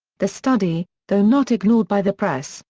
the study, though not ignored by the press,